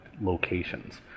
locations